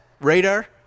radar